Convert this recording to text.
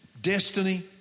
destiny